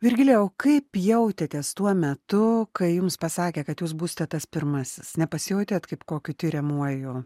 virgilijau o kaip jautėtės tuo metu kai jums pasakė kad jūs būsite tas pirmasis nepasijautėt kaip kokiu tiriamuoju